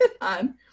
on